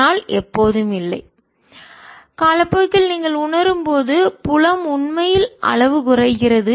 ஆனால் எப்போதும் இல்லை காலப்போக்கில் நீங்கள் உணரும்போது புலம் உண்மையில் அளவு குறைகிறது